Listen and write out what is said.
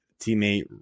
teammate